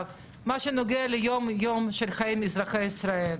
את מה שנוגע ליום יום של החיים של אזרחי ישראל.